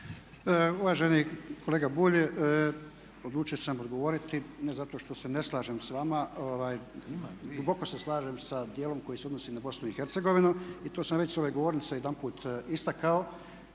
Uvaženi kolega Bulj odlučio sam odgovoriti, ne zato što se ne slažem s vama, duboko se slažem sa dijelom koji se odnosi na BiH i to sam već s ove govornice jedanput istakao